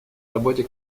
работе